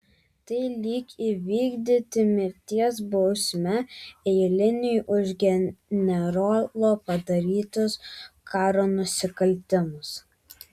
tai lyg įvykdyti mirties bausmę eiliniui už generolo padarytus karo nusikaltimus